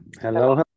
hello